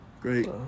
Great